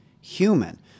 human